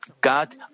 God